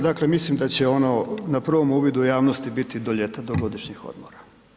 Dakle, mislim da će ono, na prvom uvidu javnosti biti do ljeta, do godišnjih odmora.